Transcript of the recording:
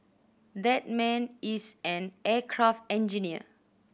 that man is an aircraft engineer